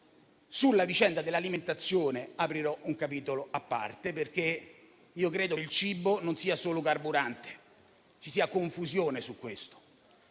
sulla vicenda dell'alimentazione aprirò un capitolo a parte, perché credo che il cibo non sia solo carburante e che ci sia confusione su questo.